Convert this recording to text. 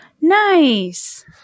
Nice